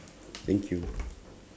thank you